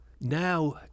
now